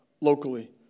locally